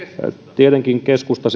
tietenkin keskusta